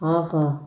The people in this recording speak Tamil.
ஆஹா